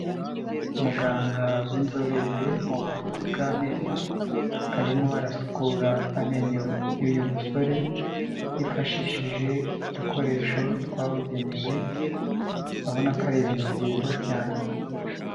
Muganga w'inzobere mu buvuzi bw'amenyo arimo arasukura amenyo y'uyu musore yifashishije udukoresho twabugenewe abona ko ari ibintu byiza cyane.